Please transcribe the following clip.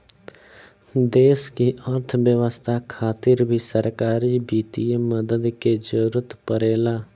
देश की अर्थव्यवस्था खातिर भी सरकारी वित्तीय मदद के जरूरत परेला